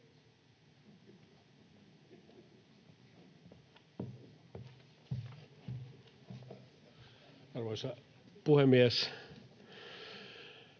Arvoisa puhemies!